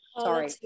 sorry